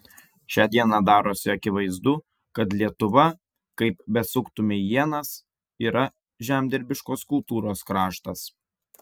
šią dieną darosi akivaizdu kad lietuva kaip besuktumei ienas yra žemdirbiškos kultūros kraštas